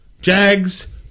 Jags